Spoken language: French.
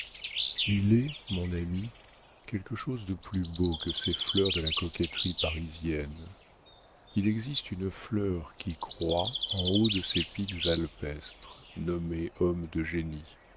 il est mon ami quelque chose de plus beau que ces fleurs de la coquetterie parisienne il existe une fleur qui croît en haut de ces pics alpestres nommés hommes de génie